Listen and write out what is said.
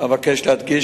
אבקש להדגיש,